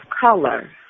color